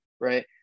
right